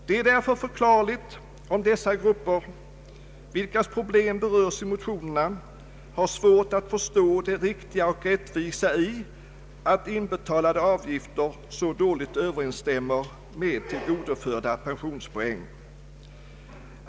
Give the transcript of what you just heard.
Det är därför förklarligt om dessa grupper, vilkas problem berörs i motionerna, har svårt att förstå det riktiga och rättvisa i att inbetalade avgifter så dåligt överensstämmer med tillgodoförda pensionspoäng.